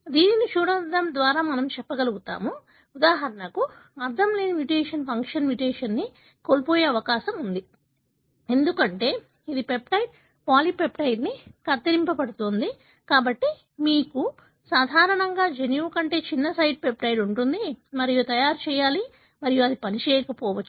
దీనిని చూడటం ద్వారా మనము చెప్పగలుగుతాము ఉదాహరణకు అర్ధంలేని మ్యుటేషన్ ఫంక్షన్ మ్యుటేషన్ని కోల్పోయే అవకాశం ఉంది ఎందుకంటే ఇది పెప్టైడ్ పాలీపెప్టైడ్ని కత్తిరించబోతోంది కాబట్టి మీకు సాధారణంగా జన్యువు కంటే చిన్న సైజు పెప్టైడ్ ఉంటుంది మరియు తయారు చేయాలి మరియు ఇది పనిచేయకపోవచ్చు